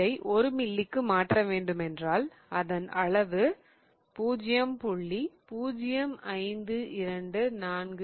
இதை ஒரு மில்லிக்கு மாற்ற வேண்டுமென்றால் அதன் அளவு 0